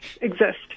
exist